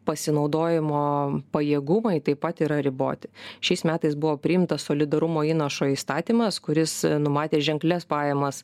pasinaudojimo pajėgumai taip pat yra riboti šiais metais buvo priimtas solidarumo įnašo įstatymas kuris numatė ženklias pajamas